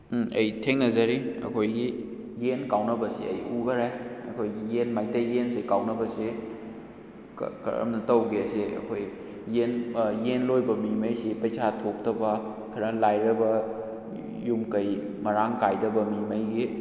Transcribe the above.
ꯑꯩ ꯊꯦꯡꯅꯖꯩ ꯑꯩꯈꯣꯏꯒꯤ ꯌꯦꯟ ꯀꯥꯎꯅꯕꯁꯤ ꯑꯩ ꯎꯈꯔꯦ ꯑꯩꯈꯣꯏꯒꯤ ꯌꯦꯟ ꯃꯩꯇꯩ ꯌꯦꯟꯁꯦ ꯀꯥꯎꯅꯕꯁꯦ ꯀꯔꯝꯅ ꯇꯧꯒꯦꯁꯦ ꯑꯩꯈꯣꯏ ꯌꯦꯟ ꯌꯦꯟ ꯂꯣꯏꯕ ꯃꯤꯉꯩꯁꯤ ꯄꯩꯁꯥ ꯊꯣꯛꯇꯕ ꯈꯔ ꯂꯥꯏꯔꯕ ꯌꯨꯝ ꯀꯩ ꯃꯔꯥꯡ ꯀꯥꯏꯗꯕ ꯃꯤꯉꯩꯒꯤ